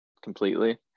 completely